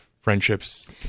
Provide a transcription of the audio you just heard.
friendships